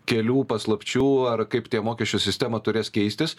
kelių paslapčių ar kaip tie mokesčių sistemą turės keistis